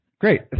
great